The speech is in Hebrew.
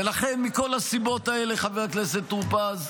ולכן, מכל הסיבות האלה, חבר הכנסת טור פז,